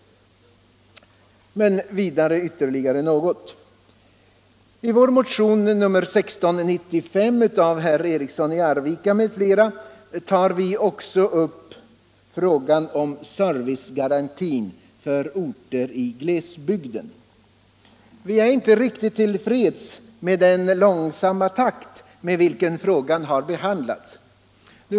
Men jag skall säga ytterligare något. I motion 1975:1695 av herr Eriksson i Arvika m.fl. tar vi upp frågan om servicegarantin för orter i glesbygden. Vi är inte riktigt till freds med den långsamma takt i vilken frågan har behandlats.